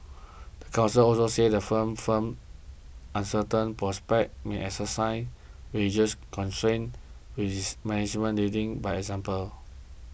the council also said firm firm uncertain prospects may exercise wages constraint with its management leading by example